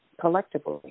collectively